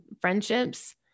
friendships